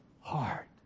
Heart